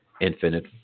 infinite